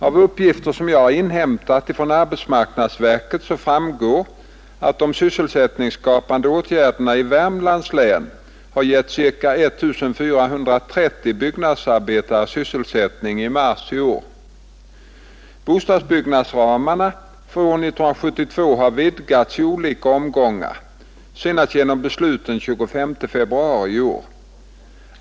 Av uppgifter som jag har inhämtat från arbetsmarknadsverket framgår att de sysselsättningsskapande åtgärderna i Värmlands län har gett ca 1430 byggnadsarbetare sysselsättning i mars i år. Bostadsbyggnadsramarna för år 1972 har vidgats i olika omgångar, senast genom beslut den 25 februari i år.